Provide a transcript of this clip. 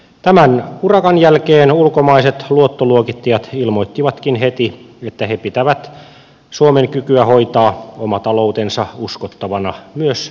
tämän urakan jälkeen ulkomaiset luottoluokittajat ilmoittivatkin heti että he pitävät suomen kykyä hoitaa oma taloutensa uskottavana myös tulevaisuudessa